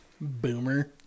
Boomer